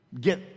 get